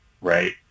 right